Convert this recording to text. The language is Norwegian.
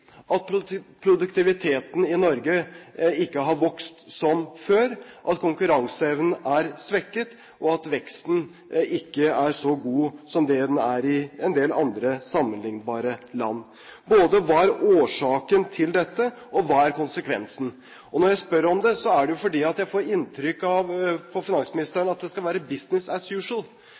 at produktiviteten i Norge ikke har vokst som før, at konkurranseevnen er svekket, og at veksten ikke er så god som det den er i en del andre sammenlignbare land? Hva er årsaken til dette, og hva er konsekvensen? Når jeg spør om dette, er det fordi jeg får inntrykk av at finansministeren mener at det skal være